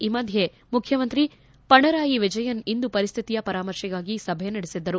ಈ ಮಧ್ಯೆ ಮುಖ್ಯಮಂತ್ರಿ ಪಿಣರಾಯಿ ವಿಜಯನ್ ಇಂದು ಪರಿಸ್ಥಿತಿಯ ಪರಾಮರ್ಶೆಗಾಗಿ ಸಭೆ ನಡೆಸಿದ್ದರು